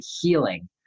healing